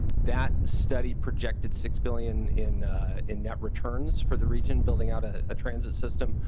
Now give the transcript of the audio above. that study projected six million in in that return for the region building out a transit system.